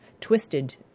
twisted